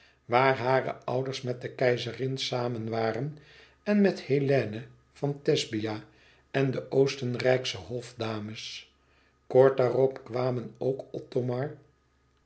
waar hare ouders met de keizerin samen waren en met hélène van thesbia en de oostenrijksche hofdames kort daarop kwamen ook